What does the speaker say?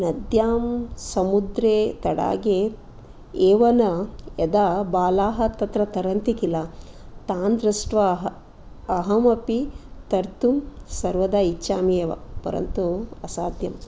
नद्यां समुद्रे तडागे एव न यदा बालाः तत्र तरन्ति खिल तान् दृष्ट्वा अहमपि तर्तुं सर्वदा इछामि एव परन्तु असाध्यम्